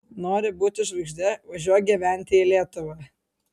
nori būti žvaigžde važiuok gyventi į lietuvą